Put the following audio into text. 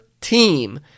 team